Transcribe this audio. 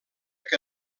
que